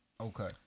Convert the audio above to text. Okay